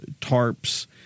tarps